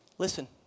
Listen